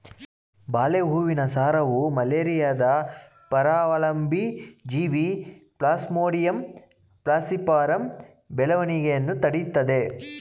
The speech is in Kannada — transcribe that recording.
ಬಾಳೆ ಹೂವಿನ ಸಾರವು ಮಲೇರಿಯಾದ ಪರಾವಲಂಬಿ ಜೀವಿ ಪ್ಲಾಸ್ಮೋಡಿಯಂ ಫಾಲ್ಸಿಪಾರಮ್ ಬೆಳವಣಿಗೆಯನ್ನು ತಡಿತದೇ